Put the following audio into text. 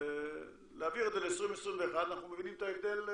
ולהעביר את זה ל-2021 אנחנו מבינים את ההבדל.